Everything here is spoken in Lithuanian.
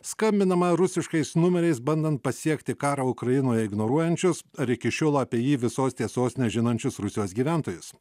skambinama rusiškais numeriais bandant pasiekti karą ukrainoje ignoruojančius ar iki šiol apie jį visos tiesos nežinančius rusijos gyventojus